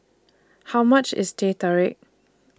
How much IS Teh Tarik